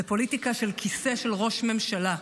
זה פוליטיקה של כיסא של ראש ממשלה.